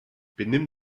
benimm